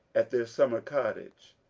at their summer cottage.